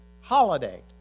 holiday